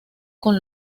con